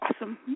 Awesome